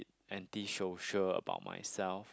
anti social about myself